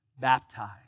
baptized